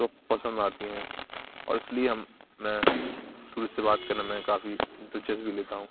جو پسند آتی ہیں اور اس لیے ہم میں ٹورسٹ سے بات کرنے میں کافی دلچسپی لیتا ہوں